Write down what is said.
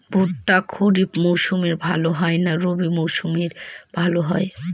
ভুট্টা খরিফ মৌসুমে ভাল হয় না রবি মৌসুমে ভাল হয়?